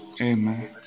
Amen